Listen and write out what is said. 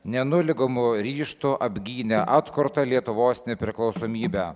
nenuligamu ryžtu apgynė atkurtą lietuvos nepriklausomybę